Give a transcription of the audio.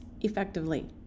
effectively